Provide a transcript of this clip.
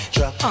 Drop